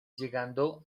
llegando